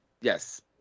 Yes